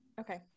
Okay